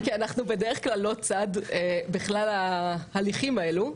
-- כי אנחנו בדרך כלל לא צד להליכים האלה.